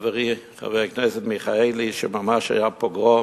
חברי חבר הכנסת מיכאלי, שממש היה פוגרום,